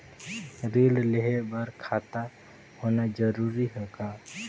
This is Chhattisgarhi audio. ऋण लेहे बर खाता होना जरूरी ह का?